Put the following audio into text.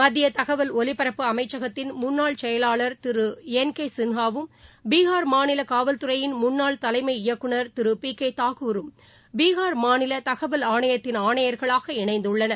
மத்தியதகவல் ஒலிபரப்பு அமைச்சகத்தின் முன்னாள் செயலாளர் திருஎன் கேசின்ஹாவும் பீகார் மாநிலகாவல்துறையின் முன்னாள் தலைமை இயக்குனர் திருபிகேதாகூரும் பீகார் மாநிலதகவல் ஆணையத்தின் ஆணையர்களாக இணைந்துள்ளனர்